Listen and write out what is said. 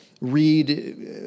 read